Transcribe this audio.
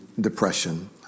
depression